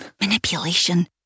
Manipulation